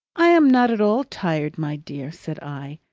i am not at all tired, my dear, said i,